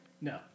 No